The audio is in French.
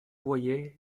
voyaient